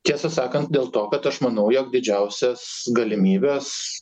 tiesą sakant dėl to kad aš manau jog didžiausias galimybes